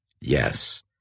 Yes